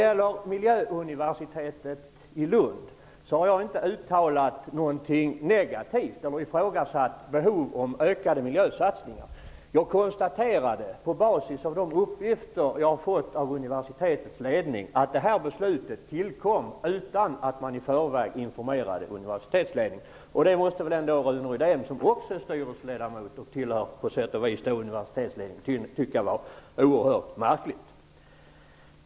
Jag har inte uttalat något negativt vad gäller miljöuniversitetet i Lund. Jag har inte heller ifrågasatt behovet av ökade miljösatsningar. Men jag konstaterade på basis av de uppgifter som jag har fått av universitetets ledning att detta beslut tillkom utan att universitetsledningen i förväg informerades. Det måste väl ändå Rune Rydén, som också är styrelseledamot och på sätt och vis tillhör universitetsledningen, tycka vara oerhört märkligt.